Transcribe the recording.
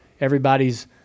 everybody's